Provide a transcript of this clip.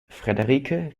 frederike